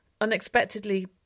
unexpectedly